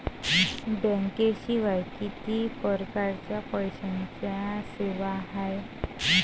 बँकेशिवाय किती परकारच्या पैशांच्या सेवा हाय?